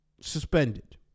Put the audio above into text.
suspended